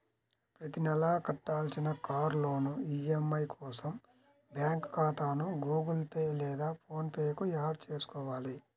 ప్రతి నెలా కట్టాల్సిన కార్ లోన్ ఈ.ఎం.ఐ కోసం బ్యాంకు ఖాతాను గుగుల్ పే లేదా ఫోన్ పే కు యాడ్ చేసుకోవాలి